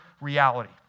reality